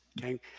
Okay